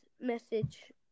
message